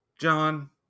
John